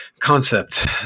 Concept